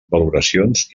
valoracions